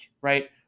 right